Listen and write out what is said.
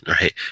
right